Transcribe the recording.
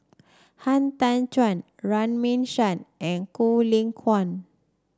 Han Tan Juan Runme Shaw and Quek Ling Kiong